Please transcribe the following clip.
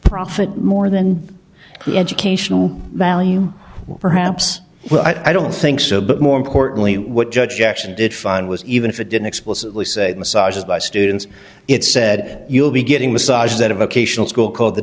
profit more than educational value perhaps i don't think so but more importantly what judge actually did find was even if it didn't explicitly say massages by students it said you'll be getting massages that have occasional school called the